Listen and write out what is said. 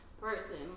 person